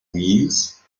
knees